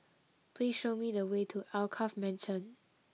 please show me the way to Alkaff Mansion